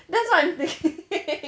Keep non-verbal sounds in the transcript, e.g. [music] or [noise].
that's what I'm thinking [laughs]